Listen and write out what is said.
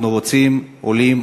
אנחנו רוצים עולים,